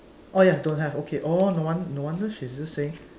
oh ya don't have okay oh no won~ no wonder she's just saying